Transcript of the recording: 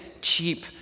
cheap